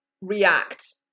react